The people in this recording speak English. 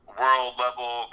world-level